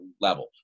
level